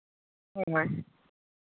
ᱦᱳᱭ